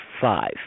five